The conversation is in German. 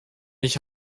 ich